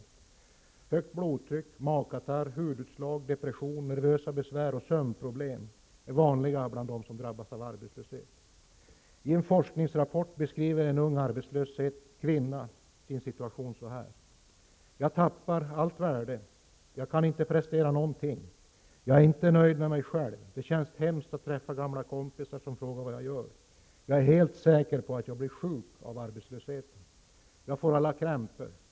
Högt blodtryck, magkatarr, hudutslag, depression, nervösa besvär och sömnproblem är vanligare bland dem som drabbas av arbetslöshet. I en forskningsrapport beskriver en ung arbetslös kvinna sin situation så här: Jag tappar allt värde. Jag kan inte prestera någonting. Jag är inte nöjd med mig själv. Det känns hemskt att träffa gamla kompisar som frågar vad jag gör. Jag är helt säker på att jag blir sjuk av arbetslöshet. Jag får alla krämpor.